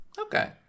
Okay